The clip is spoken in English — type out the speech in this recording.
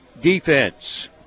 defense